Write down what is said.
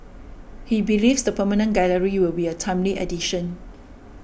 he believes the permanent gallery will be a timely addition